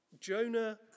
jonah